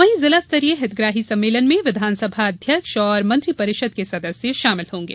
वहीं जिला स्तरीय हितग्राही सम्मेलन में विधानसभा अध्यक्ष और मंत्र परिषद के सदस्य शामिल होंगे